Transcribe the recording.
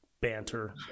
banter